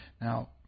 Now